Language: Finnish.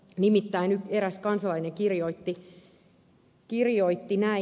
nimittäin eräs kansalainen kirjoitti näin